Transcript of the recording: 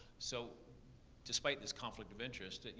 so despite this conflict of interest, and